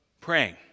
Praying